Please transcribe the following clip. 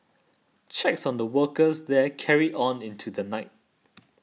checks on the workers there carried on into the night